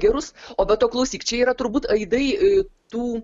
gerus o be to klausyk čia yra turbūt aidai tų